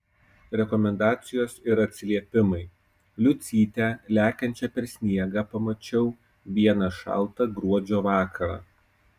rekomendacijos ir atsiliepimai liucytę lekiančią per sniegą pamačiau vieną šaltą gruodžio vakarą